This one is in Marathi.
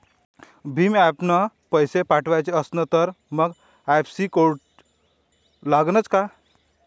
भीम ॲपनं पैसे पाठवायचा असन तर मंग आय.एफ.एस.सी कोड लागनच काय?